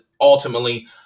ultimately